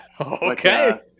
Okay